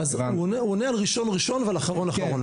הוא עונה על ראשון ראשון ועל אחרון אחרון.